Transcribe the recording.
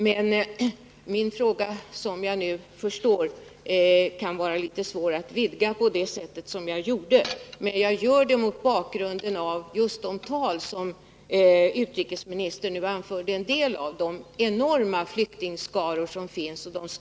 Jag förstår nu att min fråga kan vara litet svår att vidga på det sätt som jag gjorde, men jag gjorde det mot bakgrund av just de siffror som utrikesministern nu anförde en del av och som visar vilka enorma flyktingskaror det rör sig om.